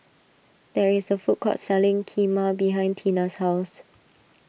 there is a food court selling Kheema behind Teena's house